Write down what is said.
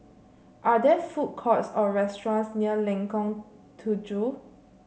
are there food courts or restaurants near Lengkong Tujuh